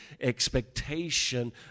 expectation